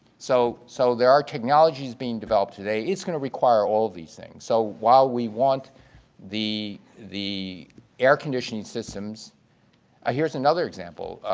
so so there are technologies being developed today, it's going to require all of these things. so while we want the the air-conditioning systems ah here's another example.